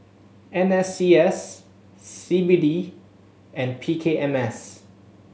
N S C S C B D and P K M S